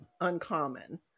uncommon